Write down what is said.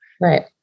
Right